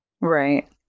Right